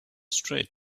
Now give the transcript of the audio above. street